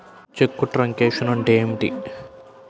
చెక్కు truncation అంటే ఏమిటి?